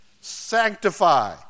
Sanctify